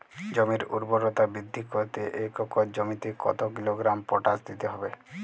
জমির ঊর্বরতা বৃদ্ধি করতে এক একর জমিতে কত কিলোগ্রাম পটাশ দিতে হবে?